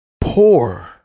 poor